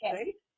right